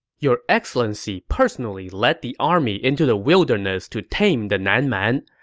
your excellency personally led the army into the wilderness to tame the nan man.